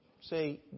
say